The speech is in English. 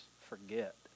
forget